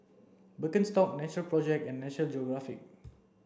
Birkenstock Natural project and National Geographic